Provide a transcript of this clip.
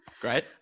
great